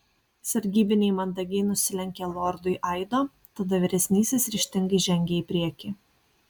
sargybiniai mandagiai nusilenkė lordui aido tada vyresnysis ryžtingai žengė į priekį